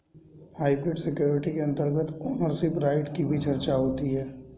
hybrid security के अंतर्गत ownership right की भी चर्चा होती है